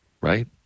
right